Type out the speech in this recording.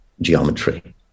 geometry